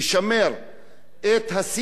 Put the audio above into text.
את השיח הדמוקרטי,